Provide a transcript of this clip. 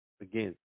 Again